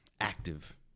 active